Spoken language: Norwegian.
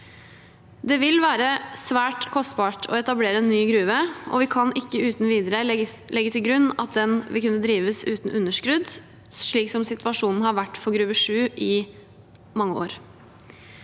Det vil være svært kostbart å etablere en ny gruve, og vi kan ikke uten videre legge til grunn at denne vil kunne drives uten underskudd, slik situasjonen har vært for Gruve 7 i mange år.